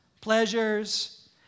pleasures